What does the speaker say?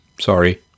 sorry